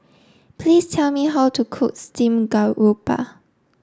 please tell me how to cook Steamed Garoupa